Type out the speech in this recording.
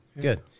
good